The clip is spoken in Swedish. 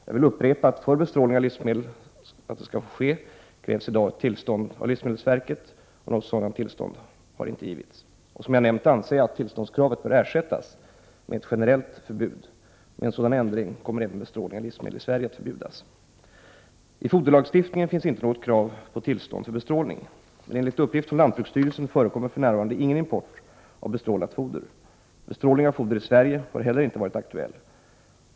Jag vill upprepa att för att bestrålning av livsmedel skall få ske krävs i dag ett tillstånd av livsmedelsverket och att något sådant tillstånd inte har givits. Som jag nämnt anser jag att tillståndskravet bör ersättas med ett generellt förbud. Med en sådan ändring kommer även bestrålning av livsmedel i Sverige att förbjudas. I foderlagstiftningen finns inte något krav på tillstånd för bestrålning. Enligt uppgift från lantbruksstyrelsen förekommer för närvarande ingen import av bestrålat foder. Bestrålning av foder i Sverige har inte heller varit aktuell.